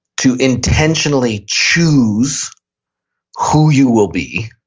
to intentionally choose who you will be